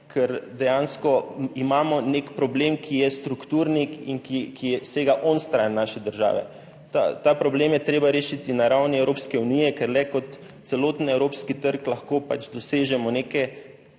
ker dejansko imamo problem, ki je strukturni in ki sega onstran naše države. Ta problem je treba rešiti na ravni Evropske unije, ker lahko le kot celoten evropski trg dosežemo neke